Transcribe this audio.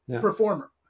performer